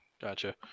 Gotcha